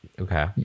okay